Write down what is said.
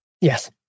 Yes